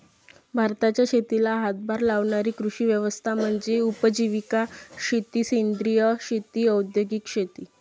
भारताच्या शेतीला हातभार लावणारी कृषी व्यवस्था म्हणजे उपजीविका शेती सेंद्रिय शेती औद्योगिक शेती